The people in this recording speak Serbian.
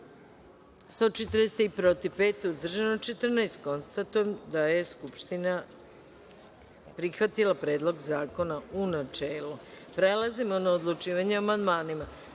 143, protiv – pet, uzdržanih – 14.Konstatujem da je Skupština prihvatila Predlog zakona u načelu. Prelazimo na odlučivanje o amandmanima. Na